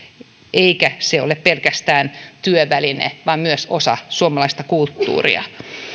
ja ettei se ole pelkästään työväline vaan myös osa suomalaista kulttuuria